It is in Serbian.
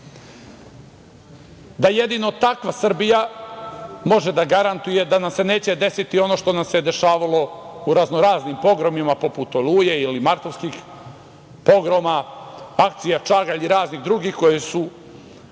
da jedino takva Srbija može da garantuje da nam se neće desiti ono što nam se dešavalo u raznoraznim pogromima poput "Oluje" ili martovskih pogroma, akcija "Čagalj" i raznih drugih koje su